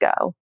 go